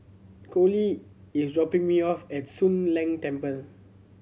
Collie is dropping me off at Soon Leng Temple